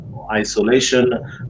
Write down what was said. Isolation